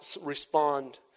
respond